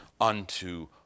unto